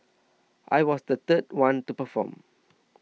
I was the third one to perform